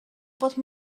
pot